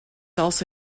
also